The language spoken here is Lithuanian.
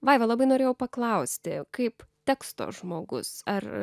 vaiva labai norėjau paklausti kaip teksto žmogus ar